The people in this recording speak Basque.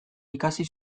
ikasi